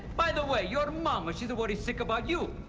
by the way your mama, she's worried sick about you.